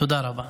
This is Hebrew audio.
תודה רבה.